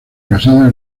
casada